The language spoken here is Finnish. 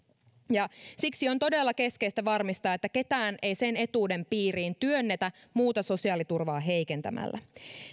siksi on todella keskeistä varmistaa että ketään ei sen etuuden piiriin työnnetä muuta sosiaaliturvaa heikentämällä